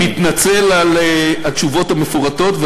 אני מתנצל על התשובות המפורטות,